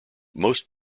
most